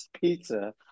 pizza